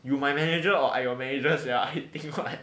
you my manager or or managers ya he'd take you correct